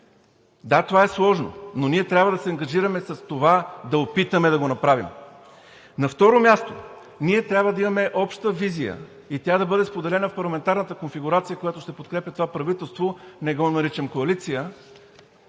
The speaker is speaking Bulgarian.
Да, това е сложно, но ние трябва да се ангажираме с това да опитаме да го направим. На второ място, ние трябва да имаме обща визия и тя да бъде споделена в парламентарната конфигурация, която ще подкрепя това правителство – не го наричам коалиция